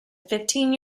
fifteen